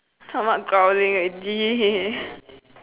stomach growling already